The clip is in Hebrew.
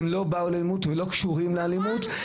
הם לא באו לעימות ולא קשורים לאלימות,